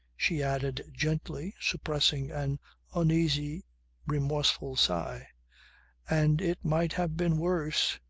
she added gently, suppressing an uneasy remorseful sigh and it might have been worse.